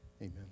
amen